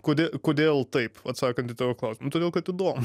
kodė kodėl taip atsakant į tavo klausimą nu todėl kad įdomu